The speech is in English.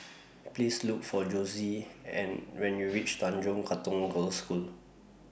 Please Look For Josie and when YOU REACH Tanjong Katong Girls' School